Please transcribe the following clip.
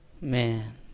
Man